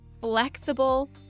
flexible